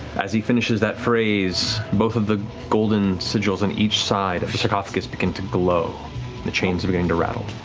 as he finishes that phrase, both of the golden sigils on each side of the sarcophagus begin to glow the chains are beginning to rattle.